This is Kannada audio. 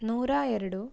ನೂರ ಎರಡು